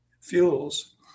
fuels